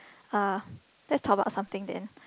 ah let's talk about something then